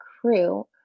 crew